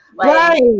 right